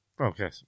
Okay